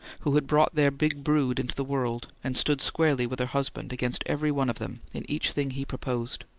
who had brought their big brood into the world and stood squarely with her husband, against every one of them, in each thing he proposed.